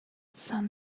some